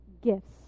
gifts